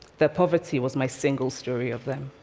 their poverty was my single story of them.